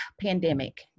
pandemic